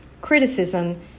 criticism